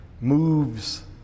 moves